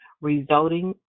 resulting